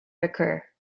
recur